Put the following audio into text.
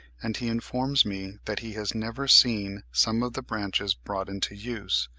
and he informs me that he has never seen some of the branches brought into use,